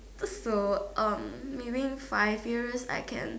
so um maybe five years I can